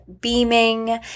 Beaming